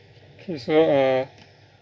k so uh